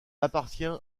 appartient